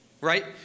right